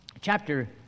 chapter